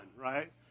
right